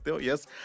yes